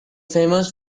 famous